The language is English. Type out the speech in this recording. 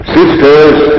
Sisters